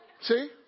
See